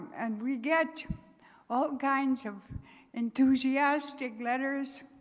and we get all kinds of enthusiastic letters,